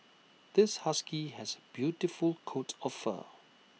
this husky has A beautiful coat of fur